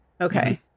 okay